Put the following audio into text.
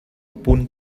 punt